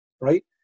Right